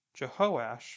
Jehoash